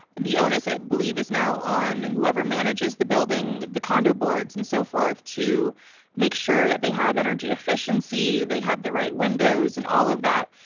the onus i believe is now on whoever manages the building, the condo boards and so forth, to make sure that they have energy efficiency, they have the right windows and all of that,